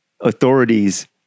authorities